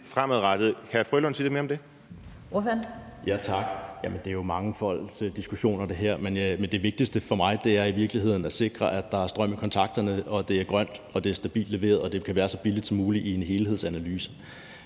her er jo en mangefold diskussion. Det vigtigste for mig er i virkeligheden at sikre, at der er strøm i kontakterne, at det er grønt, at det er stabilt leveret, og at det ud fra en helhedsanalyse